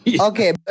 Okay